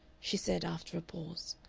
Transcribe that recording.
she said, after a pause,